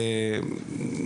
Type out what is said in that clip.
דוגמאות.